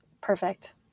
Perfect